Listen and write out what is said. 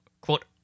quote